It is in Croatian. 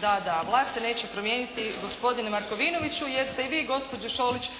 Da, da. Vlast se neće promijeniti gospodine Markovinoviću jer ste i vi gospođo Šolić